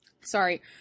Sorry